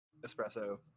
espresso